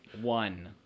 One